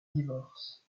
divorce